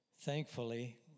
Thankfully